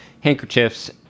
handkerchiefs